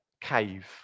cave